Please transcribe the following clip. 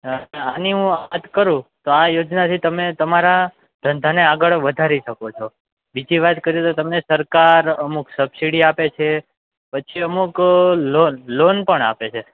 હં ને આની હું વાત કરું તો આ યોજનાથી તમે તમારા ધંધાને આગળ વધારી શકો છો બીજી વાત કરું તો તમને સરકાર અમુક સબસિડી આપે છે પછી અમુક લોન લોન પણ આપે છે